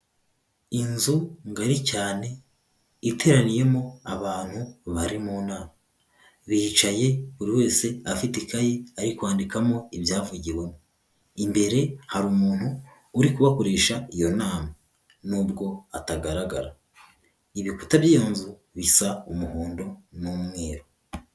Inzu ngari cyane iteraniyemo abantu bari mu nama, bicaye buri wese afite ikayi ari kwandikamo ibyavugiwemo, imbere hari umuntu uri kubakoresha iyo nama n'ubwo atagaragara, ibikuta by'iyo nzu bisa umuhondo n'umweru.